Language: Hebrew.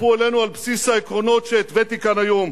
הצטרפו אלינו על בסיס העקרונות שהתוויתי כאן היום,